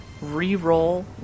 Reroll